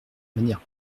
manière